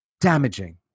damaging